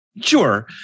Sure